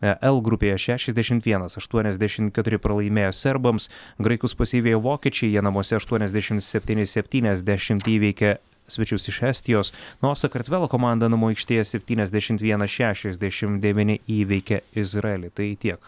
el grupėje šešiasdešimt vienas aštuoniasdešimt keturi pralaimėjo serbams graikus pasivijo vokiečiai jie namuose aštuoniasdešimt septyni septyniasdešimt įveikė svečius iš estijos na o sakartvelo komanda namų aikštėje septyniasdešimt vienas šešiasdešimt devyni įveikė izraelį tai tiek